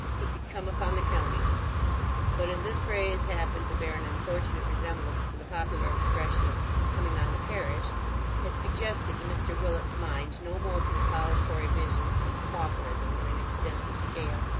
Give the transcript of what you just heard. he could come upon the county but as this phrase happened to bear an unfortunate resemblance to the popular expression of coming on the parish it suggested to mr willet's mind no more consolatory visions than pauperism on an extensive scale,